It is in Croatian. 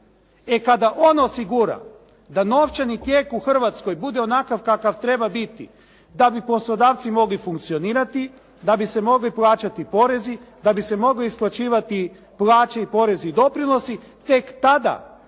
E kada on osigura da novčani tijek u Hrvatskoj bude onakav kakav treba biti da bi poslodavci mogli funkcionirati, da bi se mogli plaćati porezi, da bi se mogli isplaćivati plaće, porezi i doprinosi, tek tada